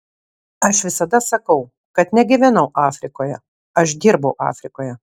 aš visada sakau kad negyvenau afrikoje aš dirbau afrikoje